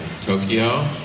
Tokyo